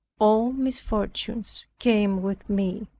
all misfortunes came with me.